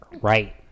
right